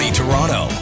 toronto